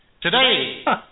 Today